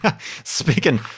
Speaking